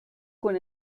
con